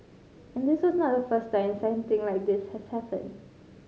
and this was not the first time something like this has happened